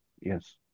Yes